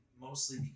mostly